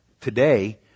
Today